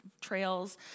trails